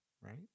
right